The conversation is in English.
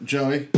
Joey